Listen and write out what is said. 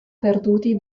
perduti